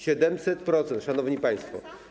700%, szanowni państwo.